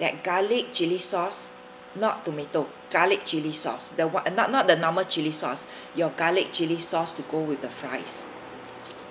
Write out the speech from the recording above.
that garlic chili sauce not tomato garlic chili sauce the what uh not not the normal chili sauce your garlic chili sauce to go with the fries